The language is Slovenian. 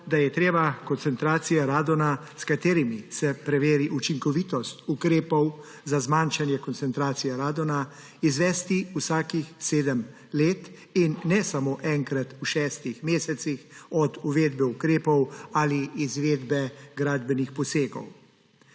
da je treba koncentracije radona, s katerimi se preveri učinkovitost ukrepov za zmanjšanje koncentracije radona, izvesti vsakih sedem let in ne samo enkrat v šestih mesecih od uvedbe ukrepov ali izvedbe gradbenih posegov.